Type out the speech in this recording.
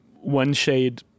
one-shade